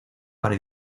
para